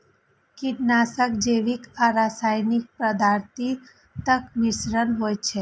कीटनाशक जैविक आ रासायनिक पदार्थक मिश्रण होइ छै